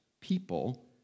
people